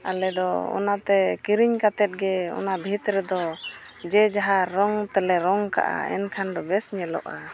ᱟᱞᱮ ᱫᱚ ᱚᱱᱟᱛᱮ ᱠᱤᱨᱤᱧ ᱠᱟᱛᱮᱫ ᱜᱮ ᱚᱱᱟ ᱵᱷᱤᱛ ᱨᱮᱫᱚ ᱡᱮ ᱡᱷᱟᱨ ᱨᱚᱝ ᱛᱮᱞᱮ ᱨᱚᱝ ᱟᱠᱟᱫᱼᱟ ᱮᱱᱠᱷᱟᱱ ᱵᱮᱥ ᱧᱮᱞᱚᱜᱼᱟ